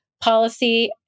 policy